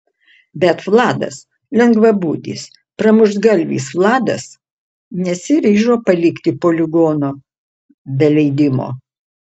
bet vladas lengvabūdis pramuštgalvis vladas nesiryžo palikti poligono be leidimo